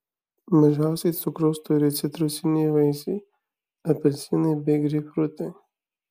mažiausiai cukraus turi citrusiniai vaisiai apelsinai bei greipfrutai